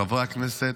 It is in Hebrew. חברי הכנסת,